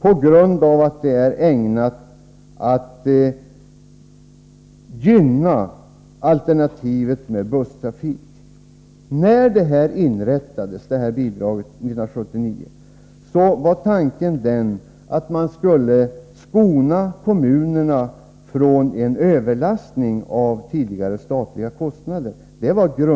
på grund av att det är ägnat att gynna alternativet med busstrafik. När detta bidrag inrättades 1979, var grundtanken att man skulle skona kommunerna från en överlastning av tidigare statliga kostnader.